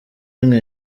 rimwe